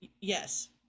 Yes